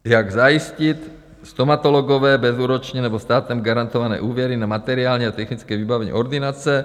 Jak zajistit stomatologové bezúročně nebo státem garantované úvěry na materiální a technické vybavení ordinace.